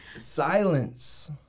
silence